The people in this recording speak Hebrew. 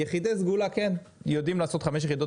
יחידי סגולה כן יודעים לעשות 5 יחידות